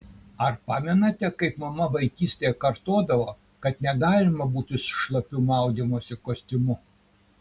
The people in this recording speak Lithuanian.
ar pamenate kaip mama vaikystėje kartodavo kad negalima būti su šlapiu maudymosi kostiumu